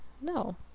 no